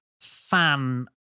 fan